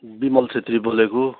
विमल छेत्री बोलेको